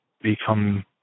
become